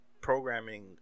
programming